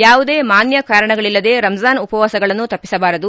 ಯಾವುದೇ ಮಾನ್ನ ಕಾರಣಗಳಲ್ಲದೆ ರಂಜಾನ್ ಉಪವಾಸಗಳನ್ನು ತಪ್ಪಿಸಬಾರದು